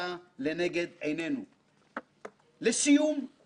לחברתי חברת הכנסת איילת נחמיאס ורבין,